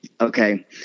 Okay